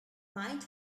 mined